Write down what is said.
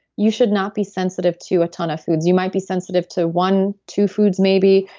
you should not be sensitive to a ton of foods. you might be sensitive to one, two foods maybe.